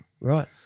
Right